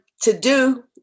to-do